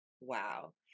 Wow